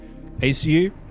ACU